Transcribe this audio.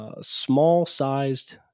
small-sized